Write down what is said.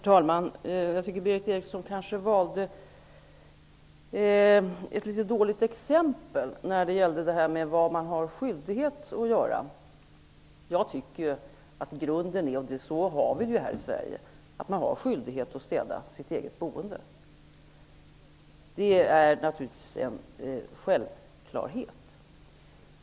Herr talman! Berith Eriksson valde ett dåligt exempel när det gäller vad man har skyldighet att göra. Jag tycker att grunden skall vara -- så är det här i Sverige -- att man har skyldighet att städa sitt eget boende. Det är en självklarhet.